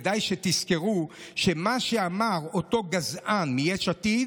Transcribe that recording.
אז כדאי שתזכרו את מה שאמר אותו גזען מיש עתיד: